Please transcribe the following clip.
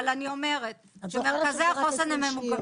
אבל אני אומרת שמרכזי החוסן הם ממוגנים.